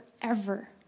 forever